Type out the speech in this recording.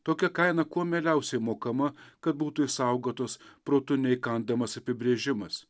tokia kaina kuo mieliausiai mokama kad būtų išsaugotos protu neįkandamas apibrėžimas